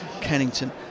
kennington